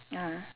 ah